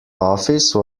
office